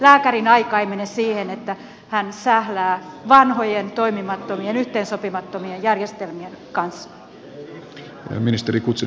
lääkärin aika ei mene siihen että hän sählää vanhojen toimimattomien yhteensopimattomien järjestelmien kanssa